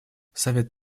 совет